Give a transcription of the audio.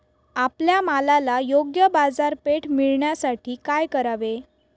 आपल्या मालाला योग्य बाजारपेठ मिळण्यासाठी काय करावे?